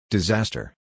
Disaster